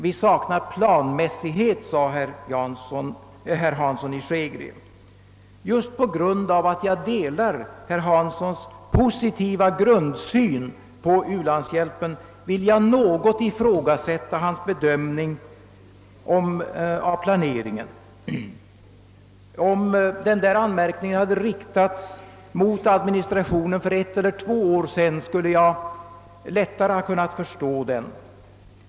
Vi saknar planmässighet, sade herr Hansson i Skegrie. Just på grund av att jag delar herr Hanssons positiva grundsyn på u-landshjälpen vill jag något ifrågasätta riktigheten av hans bedömning av planeringen. Om denna anmärkning mot administrationen hade framställts för ett eller två år sedan skulle jag lättare ha kunnat förstå den.